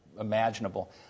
imaginable